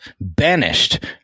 banished